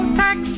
tax